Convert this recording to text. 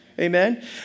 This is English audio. Amen